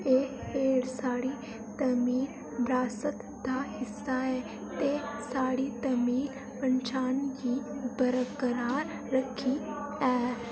एह् खेढ साढ़ी तमिल बरासत दा हिस्सा ऐ ते साढ़ी तमिल पन्छान गी बरकरार रक्खी ऐ